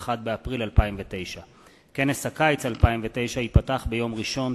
1 באפריל 2009. כנס הקיץ 2009 ייפתח ביום ראשון,